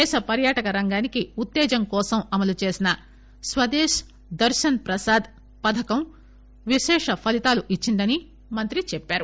దేశ పర్యాటక రంగానికి ఉత్తేజం కోసం అమలుచేసిన స్వదేశ్ దర్శన్ ప్రసాద్ పథకం విశేష ఫలితాలిచ్చిందని మంత్రి చెప్పారు